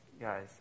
guys